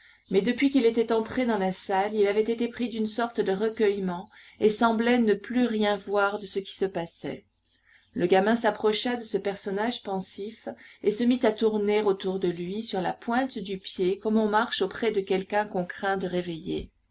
mais depuis qu'il était entré dans la salle il avait été pris d'une sorte de recueillement et semblait ne plus rien voir de ce qui se passait le gamin s'approcha de ce personnage pensif et se mit à tourner autour de lui sur la pointe du pied comme on marche auprès de quelqu'un qu'on craint de réveiller